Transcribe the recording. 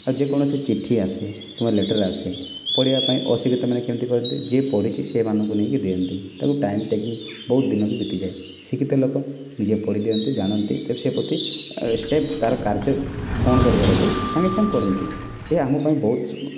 ଆଉ ଯେକୌଣସି ଚିଠି ଆସେ କିମ୍ବା ଲେଟର୍ ଆସେ ପଢ଼ିବା ପାଇଁ ଅଶିକ୍ଷିତ ମାନେ କେମିତି କରନ୍ତି ଯେ ପଢ଼ିଛି ସେମାନଙ୍କୁ ନେଇକି ଦିଅନ୍ତି ତାକୁ ଟାଇମ୍ ଟେକିଂ ବହୁତ ଦିନ ବି ବିତିଯାଏ ଶିକ୍ଷିତ ଲୋକ ନିଜେ ପଢ଼ିଦିଅନ୍ତି ଜାଣନ୍ତି ସେ ପ୍ରତି ସ୍ଟେପ୍ ତା'ର କାର୍ଯ୍ୟ କ'ଣ କରିବାର ଅଛି ସାଙ୍ଗେ ସାଙ୍ଗେ କରନ୍ତି ଏହା ଆମ ପାଇଁ ବହୁତ